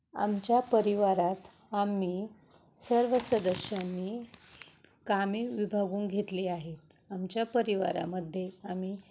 आमच्या परिवारात आम्ही सर्व सदस्यांनी कामे विभागून घेतली आहेत आमच्या परिवारामध्ये आम्ही